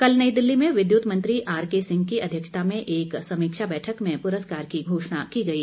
कल नई दिल्ली में विद्युत मंत्री आर के सिंह की अध्यक्षता में एक समीक्षा बैठक में पुरस्कार की घोषणा की गई